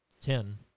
ten